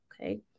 Okay